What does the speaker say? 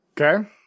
Okay